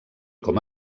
com